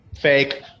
fake